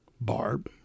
barb